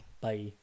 bye